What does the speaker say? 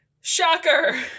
shocker